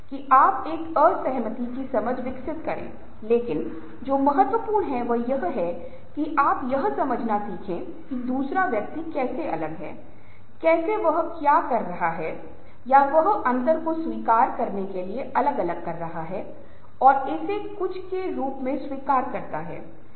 इसलिए वे केवल बेकार बैठे हैं इसलिए नहीं बोल रहे हैं क्योंकि हर समय वे सोच रहे हैं कि अगर वे कुछ कहते हैं तो शायद कुछ लोग इसे पसंद नहीं करते हैं और यदि वे दूसरों पर प्रतिक्रिया कर रहे हैं तो उन्हें गुस्सा आएगा या अन्य लोग असंतुष्ट हो जाएंगे